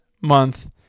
month